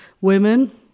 women